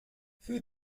für